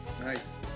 nice